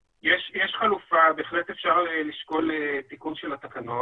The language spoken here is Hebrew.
בהחלט אפשר לשקול תיקון של התקנות.